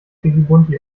klickibunti